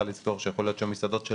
היועצת המשפטית.